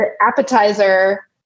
appetizer